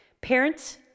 Parents